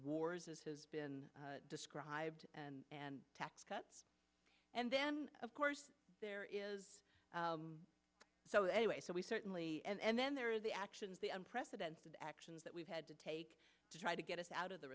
wars as has been described and tax cuts and then of course there is so anyway so we certainly and then there are the actions the unprecedented actions that we've had to take to try to get us out of the